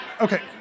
Okay